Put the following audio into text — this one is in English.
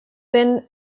been